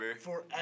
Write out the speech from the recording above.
Forever